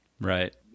Right